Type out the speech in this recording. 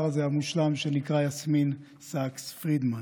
הזה המושלם שנקרא יסמין סאקס פרידמן.